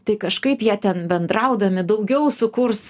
tai kažkaip jie ten bendraudami daugiau sukurs